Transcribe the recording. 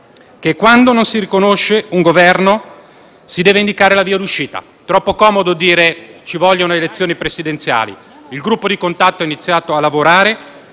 che, quando non si riconosce un Governo, si deve indicare la via d'uscita. Troppo comodo dire che ci vogliono le elezioni presidenziali. Il gruppo di contatto ha iniziato a lavorare,